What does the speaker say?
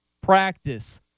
practice